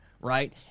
right